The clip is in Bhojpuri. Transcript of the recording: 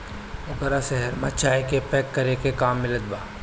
ओकरा शहर में चाय के पैक करे के काम मिलत बा